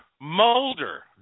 Mulder